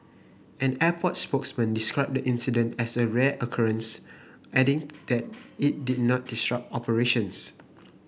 an airport spokesman described the incident as a rare occurrence adding that it did not disrupt operations